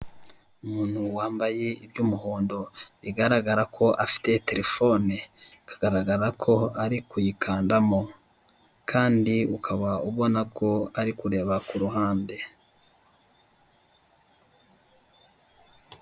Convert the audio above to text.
Umuntu wambaye iby'umuhondo bigaragara ko afite terefone. Bikagaragara ko ari kuyikandamo; kandi ukaba ubona ko ari kureba ku ruhande.